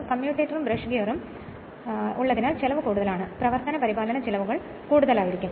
കമ്മ്യൂട്ടേറ്ററും brush ഗിയറും ഉള്ളതിനാൽ ചെലവ് കൂടുതലാണ് പ്രവർത്തന പരിപാലന ചെലവുകൾ കൂടുതലാണ്